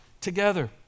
together